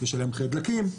יש עליה במחירי הדלקים,